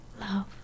Love